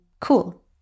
cool